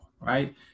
right